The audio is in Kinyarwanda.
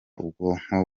ubwonko